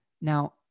Now